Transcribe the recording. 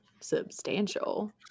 substantial